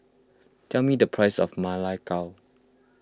tell me the price of Ma Lai Gao